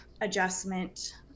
adjustment